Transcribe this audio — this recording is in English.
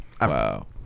wow